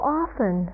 often